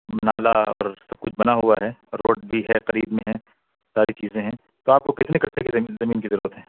نالہ سب کچھ بنا ہوا ہے روڈ بھی ہے قریب میں ساری چیزیں ہیں تو آپ کو کتنے کٹھے کی زمین زمین کی ضرورت ہے